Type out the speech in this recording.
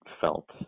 felt